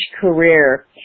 career